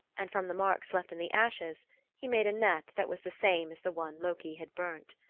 and from the marks left in the ashes he made a net that was the same as the one loki had burnt.